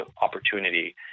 opportunity